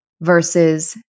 versus